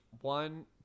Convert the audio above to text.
one